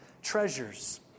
treasures